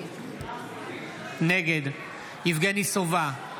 נגד יבגני סובה,